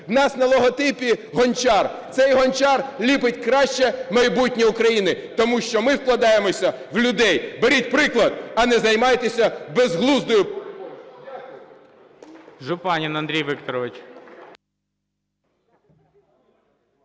У нас на логотипі гончар. Цей гончар ліпить краще майбутнє України, тому що ми вкладаємося в людей. Беріть приклад, а не займайтеся безглуздою